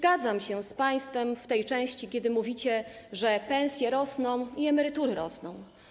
Zgadzam się z państwem w tej części, kiedy mówicie, że pensje rosną i emerytury rosną.